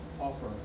offer